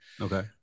Okay